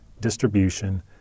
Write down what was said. distribution